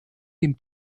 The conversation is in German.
dem